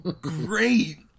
Great